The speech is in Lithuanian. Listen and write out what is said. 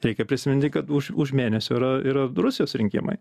reikia prisiminti kad už už mėnesio yra yra rusijos rinkimai